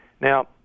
Now